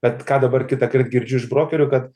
bet ką dabar kitąkart girdžiu iš brokerių kad